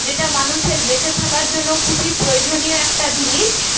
যেটা মানুষের বেঁচে থাকার জন্য খুবই প্রয়োজনীয় একটা জিনিস